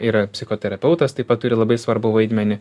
yra psichoterapeutas taip pat turi labai svarbų vaidmenį